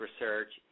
research